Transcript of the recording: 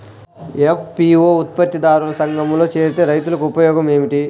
FPO ఉత్పత్తి దారుల సంఘములో చేరితే రైతులకు ఉపయోగము ఏమిటి?